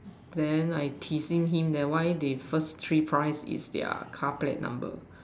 then I teasing him then why their first three prize is their car plate number